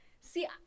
see